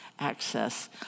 access